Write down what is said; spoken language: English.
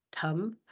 TUM